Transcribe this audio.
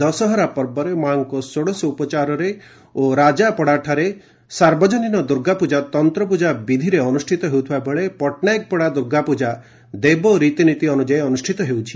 ଦଶହରା ପର୍ବରେ ମାଙ୍କ ଶୋଡ଼ଷ ଉପଚାରରେ ଓ ରାଜା ପଡ଼ାଠାରେ ସାର୍ବଜନୀନ ଦୁର୍ଗାପୂଜା ତନ୍ତ ପୂଜା ବିଧିରେ ଅନୁଷିତ ହେଉଥିବା ବେଳେ ପଟ୍ଟନାୟକ ପଡ଼ା ଦୁର୍ଗା ପୂଜା ଦେବ ରୀତି ନୀତି ଅନୁଯାୟୀ ଅନୁଷିତ ହେଉଛି